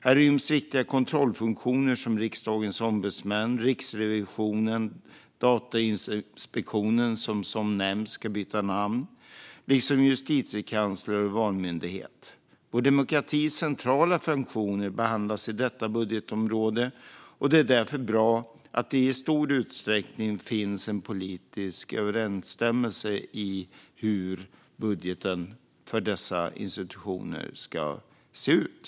Här ryms viktiga kontrollfunktioner som Riksdagens ombudsmän, Riksrevisionen och Datainspektionen, som ju, som har nämnts, ska byta namn, liksom Justitiekanslern och Valmyndigheten. Vår demokratis centrala funktioner behandlas i detta budgetområde. Det är därför bra att det i stor utsträckning finns en politisk överensstämmelse om hur budgeten för dessa institutioner ska se ut.